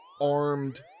armed